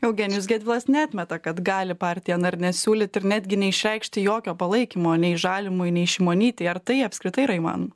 eugenijus gedvilas neatmeta kad gali partija na ir nesiūlyt ir netgi neišreikšti jokio palaikymo nei žalimui nei šimonytei ar tai apskritai yra įman